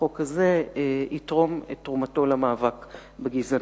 שהחוק הזה יתרום את תרומתו למאבק בגזענות.